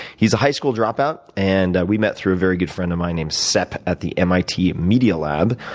he's a high school dropout, and we met through a very good friend of mine named sep at the mit media lab.